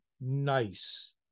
nice